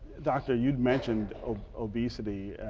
doctor you had mentioned obesity.